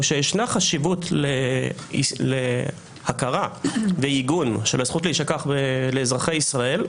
הוא שישנה חשיבות להכרה ועיגון של הזכות להישכח לאזרחי ישראל,